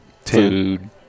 food